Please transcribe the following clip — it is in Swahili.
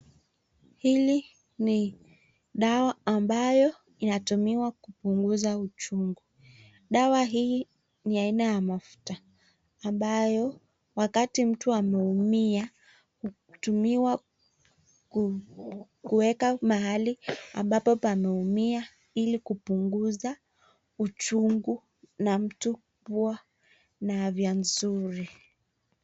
Hili ni dawa ambayo inatumiwa kupunguza uchungu, dawa hii ni aina ya mafuta ambayo wakati mtu ameumia, hutumiwa kuweka mahali ambapo pameumia Ili kupunguza uchungu na mtu Huwa na afya nzuri.